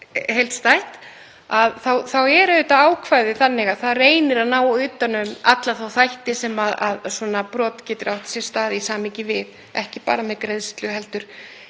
heildstætt, þá er ákvæðið þannig að það reynir að ná utan um alla þá þætti sem svona brot geta átt sér stað í samhengi við, ekki bara með greiðslu heldur